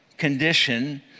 condition